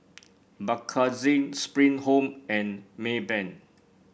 Bakerzin Spring Home and Maybank